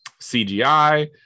cgi